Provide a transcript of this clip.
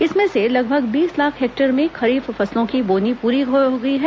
इसमें से लगभग बीस लाख हेक्टेयर में खरीफ फसलों की बोनी पूरी हो गई है